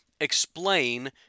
Explain